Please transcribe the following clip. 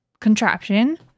contraption